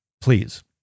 please